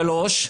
שלוש,